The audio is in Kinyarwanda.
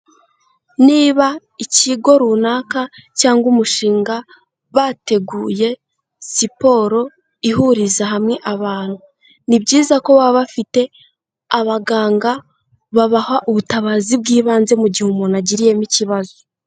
Niba ikigo runaka cyangwa umushinga bateguye siporo ihuriza hamwe abantu, ni byiza ko baba bafite abaganga babaha ubutabazi bw'ibanze mu gihe umuntu agiriyemo ikibazo.